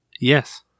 Yes